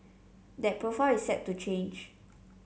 that profile is set to change